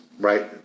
right